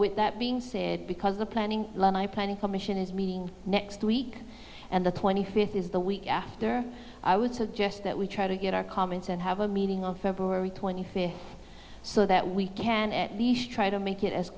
with that being said because the planning commission is meeting next week and the twenty fifth is the week after i would suggest that we try to get our comments and have a meeting of february twenty fifth so that we can at least try to make it as